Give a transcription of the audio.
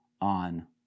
on